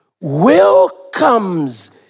welcomes